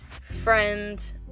friend